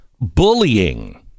bullying